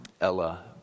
Ella